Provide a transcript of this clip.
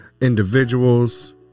individuals